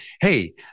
Hey